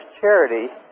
charity